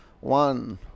One